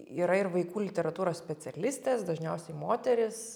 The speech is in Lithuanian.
yra ir vaikų literatūros specialistės dažniausiai moterys